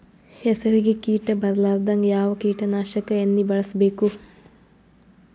ಹೆಸರಿಗಿ ಕೀಟ ಬರಲಾರದಂಗ ಯಾವ ಕೀಟನಾಶಕ ಎಣ್ಣಿಬಳಸಬೇಕು?